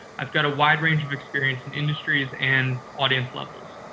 i've got a wide range of experience in industries and audience levels.